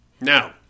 Now